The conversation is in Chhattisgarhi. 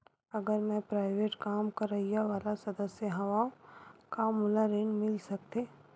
अगर मैं प्राइवेट काम करइया वाला सदस्य हावव का मोला ऋण मिल सकथे?